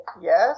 yes